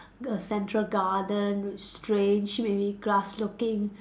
a central garden with strange maybe glass looking